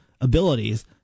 abilities